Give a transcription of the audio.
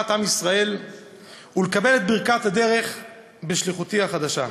עם ישראל ולקבל את ברכת הדרך בשליחותי החדשה.